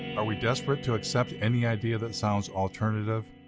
are we desperate to accept any idea that sounds alternative?